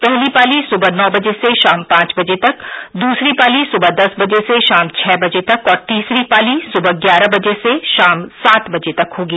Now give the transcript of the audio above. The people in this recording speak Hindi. पहली पाली सुबह नौ बजे से शाम पांच बजे तक द्सरी पाली सुबह दस बजे से शाम छ बजे तक और तीसरी पाली सुबह ग्यारह बजे से शाम सात बजे तक होगी